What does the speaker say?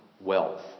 wealth